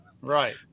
Right